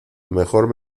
mejor